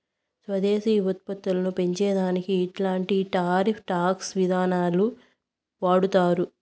స్వదేశీ ఉత్పత్తులని పెంచే దానికి ఇట్లాంటి టారిఫ్ టాక్స్ విధానాలు వాడతారు